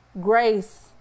Grace